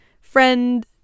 friend